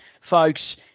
folks